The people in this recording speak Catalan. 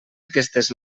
aquestes